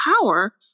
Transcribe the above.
power